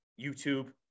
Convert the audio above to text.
YouTube